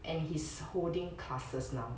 and he's holding classes now